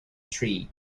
tree